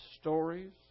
stories